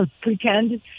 pretend